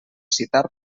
citar